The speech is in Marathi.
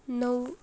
नऊ